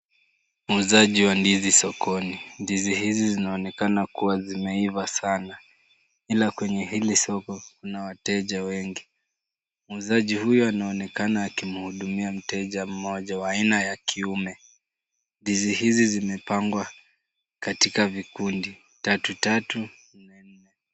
Muuzaji wa ndizi sokoni. Ndizi hizi zinaonekana kuwa zimeiva sana. Ila kwenye hili soko kuna wateja wengi. Muuzaji huyu anaonekana akimhudumia mteja mmoja wa aina ya kiume. Ndizi hizi zimepangwa katika vikundi tatu tatu.